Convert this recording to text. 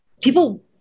People